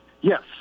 Yes